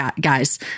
guys